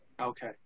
Okay